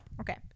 Okay